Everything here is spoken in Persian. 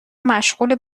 مشغول